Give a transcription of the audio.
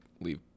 leave